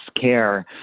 care